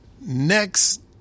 next